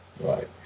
right